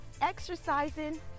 exercising